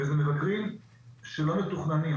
וזה מבקרים לא מתוכננים.